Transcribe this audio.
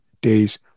days